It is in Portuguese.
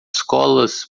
escolas